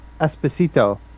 Esposito